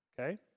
Okay